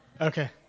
Okay